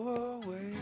away